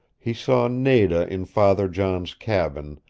he saw nada in father john's cabin,